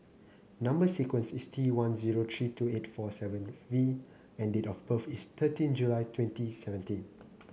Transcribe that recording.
number sequence is T one zero three two eight four seven V and date of birth is thirteen July twenty seventeen